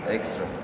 Extra